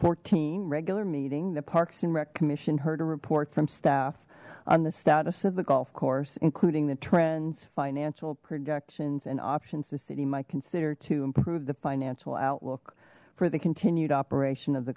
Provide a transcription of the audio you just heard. fourteen regular meeting the parks and rec commission heard a report from staff on the status of the golf course including the trends financial productions and options the city might consider to improve the financial outlook for the continued operation of the